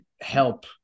help